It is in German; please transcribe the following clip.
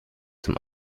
zum